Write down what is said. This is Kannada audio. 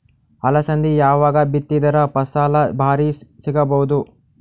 ಅಲಸಂದಿ ಯಾವಾಗ ಬಿತ್ತಿದರ ಫಸಲ ಭಾರಿ ಸಿಗಭೂದು?